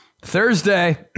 Thursday